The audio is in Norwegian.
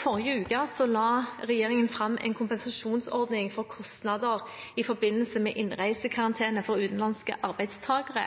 Forrige uke la regjeringen fram en kompensasjonsordning for kostnader i forbindelse med innreisekarantene for utenlandske arbeidstakere.